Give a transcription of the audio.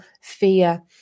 fear